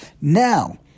Now